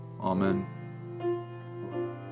Amen